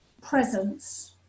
presence